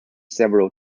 several